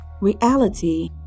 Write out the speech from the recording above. Reality